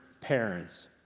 parents